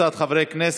וקבוצת חברי הכנסת.